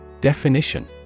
Definition